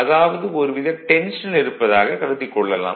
அதாவது ஒரு வித டென்ஷனில் இருப்பதாக கருதிக் கொள்ளலாம்